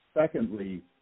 Secondly